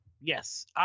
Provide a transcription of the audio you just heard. yes